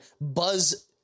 Buzz